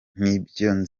nibyo